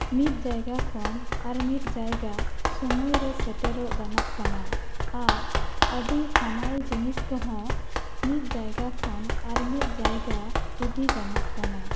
ᱢᱤᱫ ᱡᱟᱭᱜᱟ ᱠᱷᱚᱱ ᱟᱨ ᱢᱤᱫ ᱡᱟᱭᱜᱟ ᱥᱚᱢᱚᱭ ᱨᱮ ᱥᱮᱴᱮᱨᱚᱜ ᱜᱟᱱᱚᱜ ᱠᱟᱱᱟ ᱟᱨ ᱟᱹᱰᱤ ᱦᱟᱢᱟᱞ ᱡᱤᱱᱤᱥ ᱠᱚᱦᱚᱸ ᱢᱤᱫ ᱡᱟᱭᱜᱟ ᱠᱷᱚᱱ ᱟᱨ ᱢᱤᱫ ᱡᱟᱭᱜᱟ ᱤᱫᱤ ᱜᱟᱱᱚᱜ ᱠᱟᱱᱟ